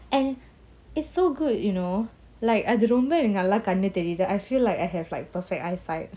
and it's so good you know like அதுரொம்பஎனக்குநல்லாகண்ணுதெரியுது:adhu romba enaku nalla kannu theriuthu I feel like I have like perfect eyesight